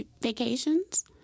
vacations